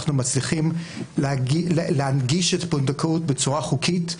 מצליחים להנגיש את הפונדקאות בצורה חוקית,